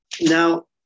Now